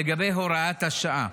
לגבי הוראת השעה.